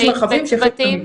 וצוותים?